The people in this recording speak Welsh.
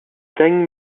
ddeng